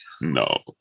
no